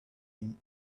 him